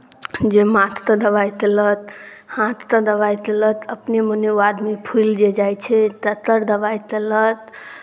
जे माथते दवाइ तेलक हाथते दवाइ तेलक अपने मोने ओ आदमी फूलि जे जाइ छै ततर दवाइ तेलत